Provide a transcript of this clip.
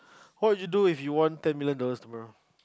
what would you do if you won ten million dollars tomorrow